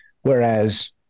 whereas